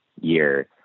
year